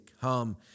Come